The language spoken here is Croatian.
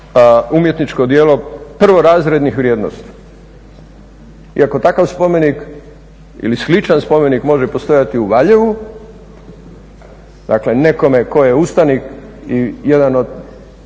umjetničko prvorazrednih vrijednosti. I ako takav spomenik ili sličan spomenik može postojati u Valjevu dakle nekome tko je ustanik i jedan od